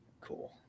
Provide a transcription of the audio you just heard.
Cool